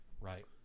right